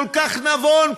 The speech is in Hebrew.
כל כך נכון,